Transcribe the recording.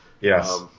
Yes